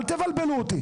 אל תבלבלו אותי.